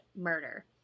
murder